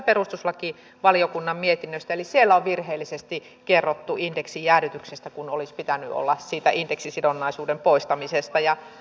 eli siellä on virheellisesti kerrottu indeksin jäädytyksestä kun olisi pitänyt olla indeksisidonnaisuuden poistamisesta